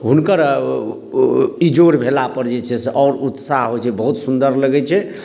हुनकर इजोर भेलापर जे छै से आओर उत्साह होइ छै बहुत सुन्दर लगै छै